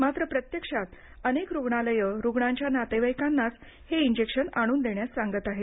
मात्र प्रत्यक्षात अनेक रुग्णालयं रुग्णांच्या नातेवाइकांनाच हे इंजेक्शन आणून देण्यास सांगत आहेत